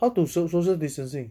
how to so~ social distancing